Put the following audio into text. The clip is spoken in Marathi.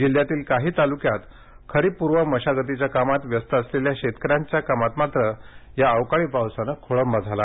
जिल्ह्यातील काही तालुक्यात खरीप पूर्व मशागतीच्या कामात व्यस्त असलेल्या शेतकऱ्यांच्या कामात मात्र या अवकाळी पावसाने खोळंबा झाला